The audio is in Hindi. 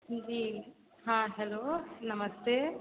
जी हाँ हलो नमस्ते